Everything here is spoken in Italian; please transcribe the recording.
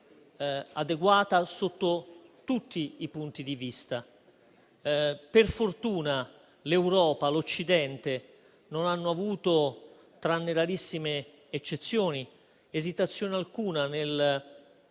adeguata sotto tutti i punti di vista. Per fortuna, l'Europa e l'Occidente non hanno avuto, tranne rarissime eccezioni, esitazione alcuna nel